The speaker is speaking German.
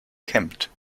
kämmt